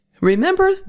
Remember